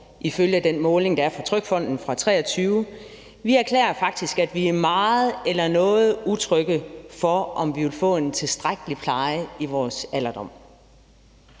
ifølge den måling, der er fra TrygFonden fra 2023, erklærer, at vi er meget eller noget utrygge ved, om vi vil få en tilstrækkelig pleje i vores alderdom.